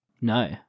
No